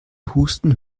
husten